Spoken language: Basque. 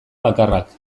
bakarrak